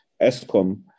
ESCOM